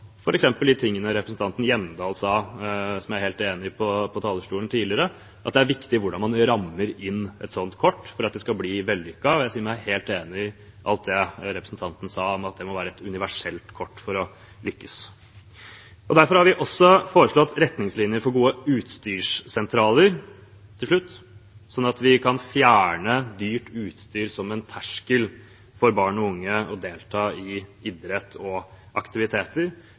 f.eks. de tingene som representanten Hjemdal sa fra talerstolen tidligere i dag, og som jeg er helt enig i, at det er viktig hvordan man rammer inn et slikt kort for at det skal bli vellykket. Jeg sier meg helt enig i alt det representanten sa om at det må være et universelt kort for å lykkes. Derfor har vi til slutt også foreslått retningslinjer for gode utstyrssentraler, slik at vi kan fjerne dyrt utstyr som en terskel for barn og unge til å delta i idrett og aktiviteter.